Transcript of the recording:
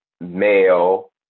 male